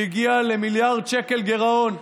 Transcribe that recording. שהגיעה למיליארד שקל גירעון.